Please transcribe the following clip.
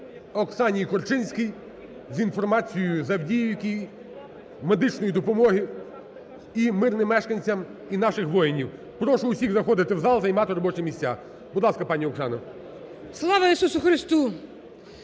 Оксані Корчинській з інформацією з Авдіївки, медичної допомоги і мирним мешканцям, і наших воїнів. Прошу усіх заходити в зал, займати робочі місця. Будь ласка, пані Оксана. 10:52:46